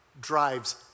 drives